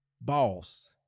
boss